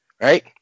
Right